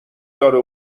داره